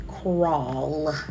crawl